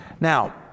Now